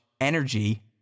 energy